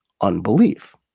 unbelief